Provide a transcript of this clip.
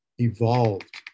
evolved